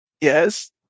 Yes